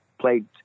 played